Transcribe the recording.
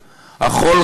החול,